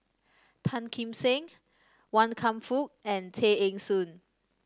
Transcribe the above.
Tan Kim Seng Wan Kam Fook and Tay Eng Soon